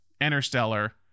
interstellar